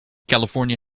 california